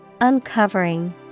Uncovering